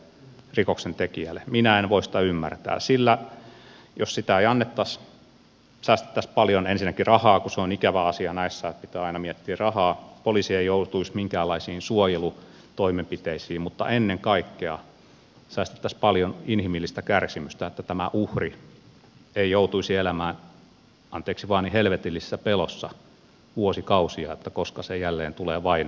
minä en voi sitä ymmärtää sillä jos sitä ei annettaisi säästettäisiin ensinnäkin paljon rahaa se on ikävä asia näissä että pitää aina miettiä rahaa poliisi ei joutuisi minkäänlaisiin suojelutoimenpiteisiin mutta ennen kaikkea säästettäisiin paljon inhimillistä kärsimystä kun tämä uhri ei joutuisi elämään anteeksi vain helvetillisessä pelossa vuosikausia että koska tämä raiskaaja jälleen tulee vainoamaan